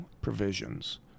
provisions